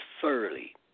thoroughly